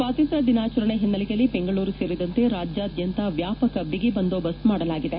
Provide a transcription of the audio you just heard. ಸ್ವಾತಂತ್ರ್ಯ ದಿನಾಚರಣೆ ಹಿನ್ನೆಲೆಯಲ್ಲಿ ಬೆಂಗಳೂರು ಸೇರಿದಂತೆ ರಾಜ್ಯಾದ್ಯಂತ ವ್ಯಾಪಕ ಬಿಗಿ ಬಂದೋಬಸ್ತ್ ಮಾಡಲಾಗಿದೆ